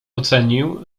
ocenił